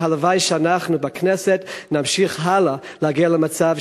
והלוואי שאנחנו בכנסת נמשיך הלאה להגיע למצב